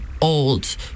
old